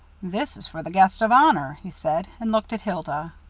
this is for the guest of honor, he said, and looked at hilda.